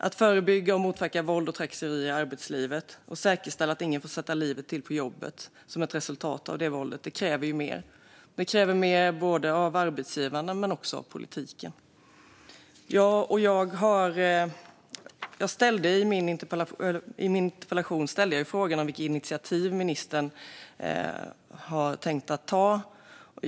Att förebygga och motverka våld och trakasserier i arbetslivet och säkerställa att ingen får sätta livet till på jobbet som ett resultat av det våldet kräver mer. Det kräver mer både av arbetsgivarna och av politiken. I min interpellation ställde jag frågan vilka initiativ ministern har tänkt ta.